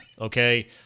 okay